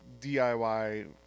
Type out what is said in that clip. DIY